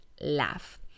laugh